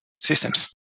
systems